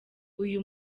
uyu